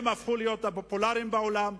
הם הפכו להיות הפופולריים בעולם,